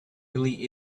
really